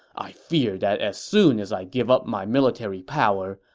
i fear that as soon as i give up my military power,